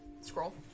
scroll